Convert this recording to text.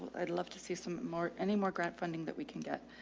i'd love to see some more, any more grant funding that we can get.